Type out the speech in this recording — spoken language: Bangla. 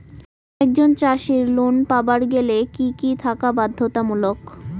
একজন চাষীর লোন পাবার গেলে কি কি থাকা বাধ্যতামূলক?